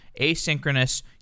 asynchronous